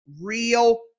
Real